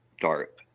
dark